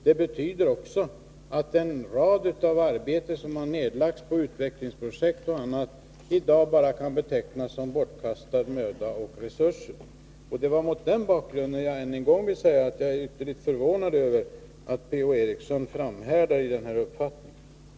Det betyder också att stora arbetsinsatser som nedlagts på en rad utvecklingsprojekt och annat kan betecknas som bortkastad möda och förslösade resurser. Mot den bakgrunden vill jag än en gång säga att jag är ytterligt förvånad över att Per-Ola Eriksson framhärdar i sin uppfattning.